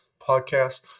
podcast